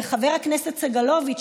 וחבר הכנסת סגלוביץ',